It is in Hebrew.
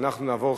ואנחנו נעבור,